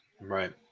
right